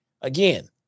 again